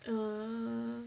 uh